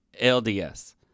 lds